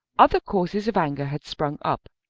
other causes of anger had sprung up.